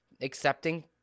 accepting